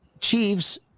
Chiefs